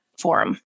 forum